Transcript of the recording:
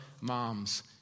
moms